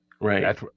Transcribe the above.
Right